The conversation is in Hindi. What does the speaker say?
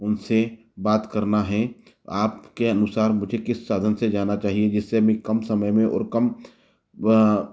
उनसे बात करना है आपके अनुसार मुझे किस साधन से जाना चाहिए जिससे मैं कम समय में और कम व